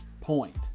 Point